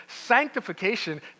Sanctification